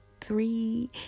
three